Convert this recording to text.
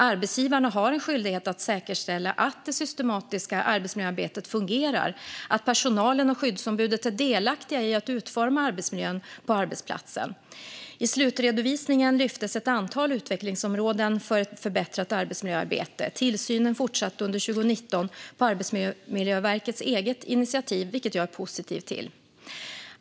Arbetsgivarna har en skyldighet att säkerställa att det systematiska arbetsmiljöarbetet fungerar och att personalen och skyddsombudet är delaktiga i att utforma arbetsmiljön på arbetsplatsen. I slutredovisningen lyftes ett antal utvecklingsområden för ett förbättrat arbetsmiljöarbete. Tillsynen fortsatte under 2019 på Arbetsmiljöverkets eget initiativ, vilket jag är positiv till.